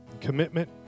commitment